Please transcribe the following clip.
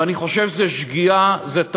ואני חושב שזו שגיאה, זו טעות,